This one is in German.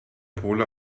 pole